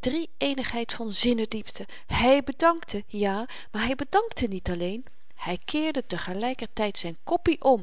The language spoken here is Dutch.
drieëenigheid van zinnediepte hy bedankte ja maar hy bedankte niet alleen hy keerde te gelyker tyd zyn koppie om